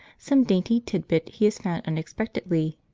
some dainty titbit he has found unexpectedly.